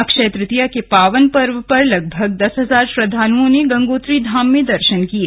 अक्षय तृतीया के पावन पर्व पर लगभग दस हजार श्रद्धालुओं ने गंगोत्री के दर्शन किये